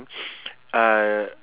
uh